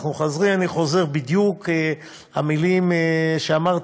אני חוזר בדיוק על המילים שאמרתם,